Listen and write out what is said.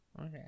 Okay